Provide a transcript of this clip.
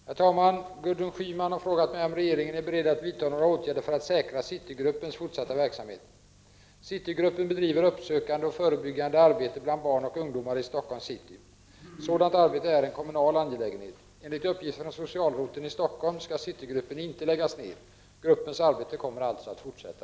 Herr talman! Gudrun Schyman har frågat mig om regeringen är beredd att vidta några åtgärder för att säkra Citygruppens fortsatta verksamhet. Citygruppen bedriver uppsökande och förebyggande arbete bland barn och ungdomar i Stockholms city. Sådant arbete är en kommunal angelägenhet. Enligt uppgifter från socialroteln i Stockholm skall Citygruppen inte läggas ned. Gruppens arbete kommer alltså att fortsätta.